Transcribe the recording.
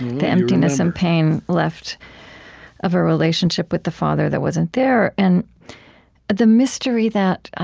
the emptiness and pain left of a relationship with the father that wasn't there. and the mystery that